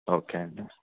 okay అండి